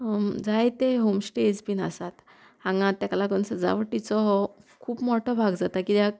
जायते होमस्टेज बीन आसात हांगा तेका लागून सजावटीचो हो खूब मोठो भाग जाता कित्याक